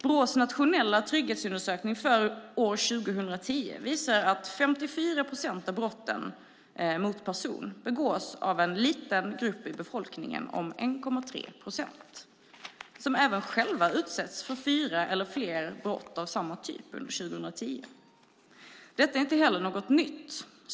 Brås nationella trygghetsundersökning för år 2010 visar att 54 procent av brotten mot person begås av en liten grupp i befolkningen på 1,3 procent där man även själv har utsatts för fyra eller fler brott av samma typ under år 2010. Detta är inte heller något nytt.